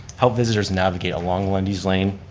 help visitors navigate along lundy's lane,